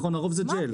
הרוב משתמשות ב-ג'ל.